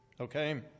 okay